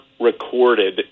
recorded